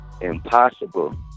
impossible